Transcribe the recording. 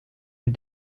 est